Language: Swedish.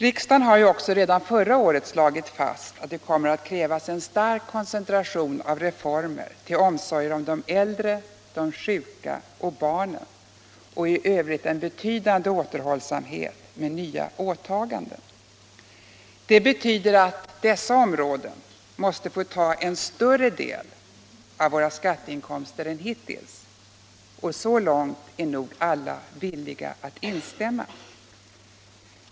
Riksdagen har också redan förra året slagit fast att det kommer att krävas en stark koncentration av reformer till omsorger om de äldre, de sjuka och barnen och i övrigt en betydande återhållsamhet med nya åtaganden. Det betyder att dessa områden måste få ta en större del av våra skatteinkomster än hittills — och så långt är nog alla villiga att instämma.